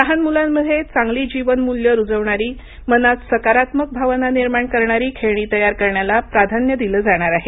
लहान मुलांमध्ये चांगली जीवन मूल्य रुजवणारी मनात सकारात्मक भावना निर्माण करणारी खेळणी तयार करण्याला प्राधान्य दिलं जाणार आहे